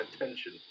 attention